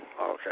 Okay